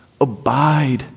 Abide